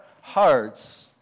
hearts